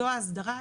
זאת ההסדרה,